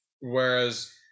whereas